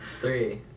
Three